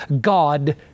God